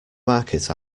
market